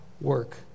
work